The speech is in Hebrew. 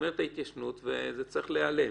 נגמרת ההתיישנות וזה צריך להיעלם